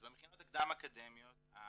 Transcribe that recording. אז במכינות הקדם אקדמיות הוא